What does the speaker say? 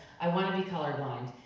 i wanna be colorblind.